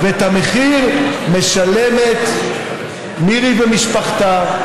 ואת המחיר משלמים מירי ומשפחתה.